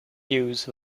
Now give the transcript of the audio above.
views